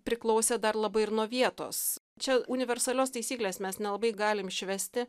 priklausė dar labai ir nuo vietos čia universalios taisyklės mes nelabai galim išvesti